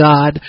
God